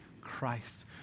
Christ